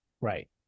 Right